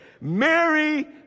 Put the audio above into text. Mary